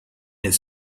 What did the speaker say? its